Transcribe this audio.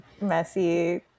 messy